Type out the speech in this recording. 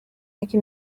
nicki